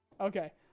Okay